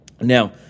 Now